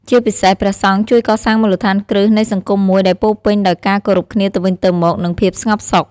ជាពិសេស ព្រះសង្ឃជួយកសាងមូលដ្ឋានគ្រឹះនៃសង្គមមួយដែលពោរពេញដោយការគោរពគ្នាទៅវិញទៅមក និងភាពស្ងប់សុខ។